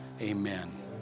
Amen